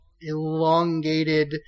elongated